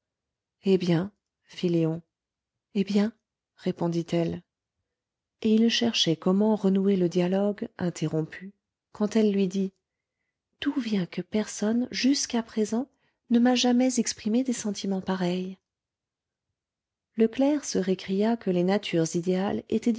eh bien fit léon eh bien répondit-elle et il cherchait comment renouer le dialogue